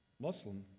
Muslim